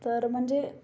तर म्हणजे